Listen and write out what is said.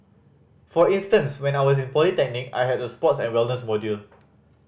for instance when I was in polytechnic I had a sports and wellness module